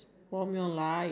from your life